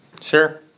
Sure